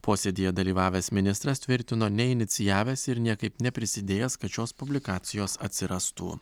posėdyje dalyvavęs ministras tvirtino neinicijavęs ir niekaip neprisidėjęs kad šios publikacijos atsirastų